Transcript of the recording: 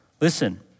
Listen